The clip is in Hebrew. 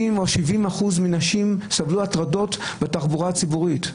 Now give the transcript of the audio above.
60% או 70% מהנשים סבלו מהטרדות בתחבורה הציבורית.